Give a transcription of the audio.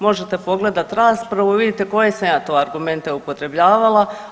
Možete pogledati raspravu i vidite koje sam ja to argumente upotrebljavala.